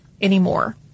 anymore